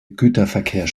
güterverkehr